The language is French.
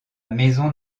maison